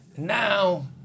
Now